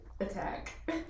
Attack